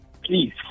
please